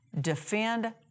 defend